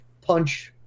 punch